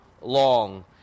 long